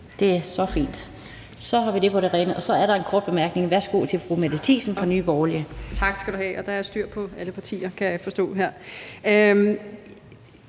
Det er så fint. Så har vi det på det rene, og så er der en kort bemærkning. Værsgo til fru Mette Thiesen fra Nye Borgerlige. Kl. 14:52 Mette Thiesen (NB): Tak skal du have. Der er styr på alle partier, kan jeg forstå her.